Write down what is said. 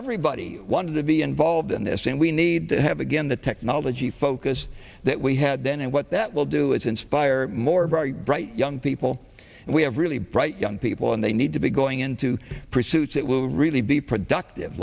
everybody wanted to be involved in this and we need to have again the technology focus that we had then and what that will do is inspire more very bright young people and we have really bright young people and they need to be going into pursuits that will really be productive